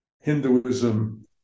Hinduism